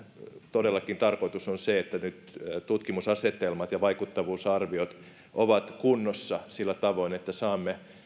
todellakin tarkoitus on se että nyt tutkimusasetelmat ja vaikuttavuusarviot ovat kunnossa sillä tavoin että saamme